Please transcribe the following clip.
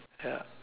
ya